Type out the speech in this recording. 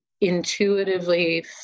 intuitively